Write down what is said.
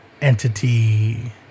entity